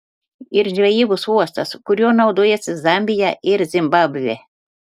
ir žvejybos uostas kuriuo naudojasi zambija ir zimbabvė